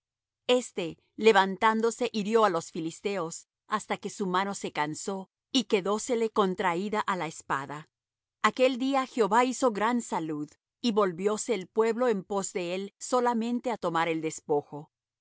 este levantándose hirió á los filisteos hasta que su mano se cansó y quedósele contraída á la espada aquel día jehová hizo gran salud y volvióse el pueblo en pos de él solamente á tomar el despojo